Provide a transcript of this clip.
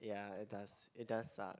ya it does it does suck